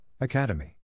Academy